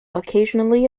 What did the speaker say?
occasionally